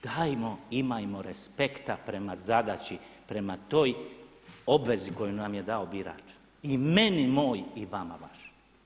Dajmo imajmo respekta prema zadaći, prema toj obvezi koju nam je dao birač i meni moj i vama vaš.